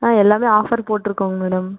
ஆ எல்லாமே ஆஃபர் போட்ருக்கோங்க மேடம்